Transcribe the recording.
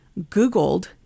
Googled